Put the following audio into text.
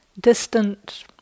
distant